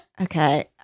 Okay